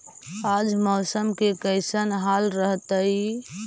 आज मौसम के कैसन हाल रहतइ?